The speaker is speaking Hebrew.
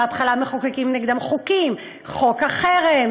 בהתחלה מחוקקים נגדם חוקים: חוק החרם,